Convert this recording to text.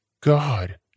God